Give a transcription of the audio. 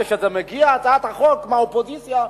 כשמגיעה הצעת החוק מהאופוזיציה,